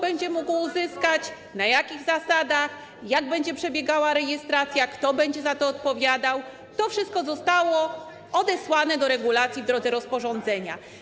kto będzie mógł go uzyskać, na jakich zasadach, jak będzie przebiegała rejestracja, kto będzie za to odpowiadał - to wszystko zostało odesłane do regulacji w drodze rozporządzenia.